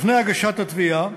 לפני הגשת תביעה